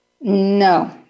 No